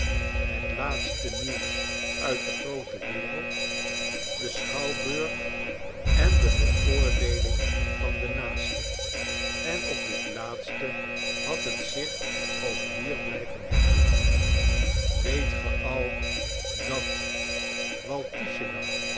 het laatste nieuws uit de groote wereld den schouwburg en de beoordeeling van den naaste en op dit laatste had het zich ook hier blijven hechten weet ge al dat waltischewa